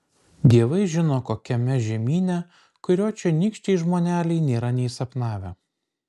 dievai žino kokiame žemyne kurio čionykščiai žmoneliai nėra nė sapnavę